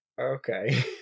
Okay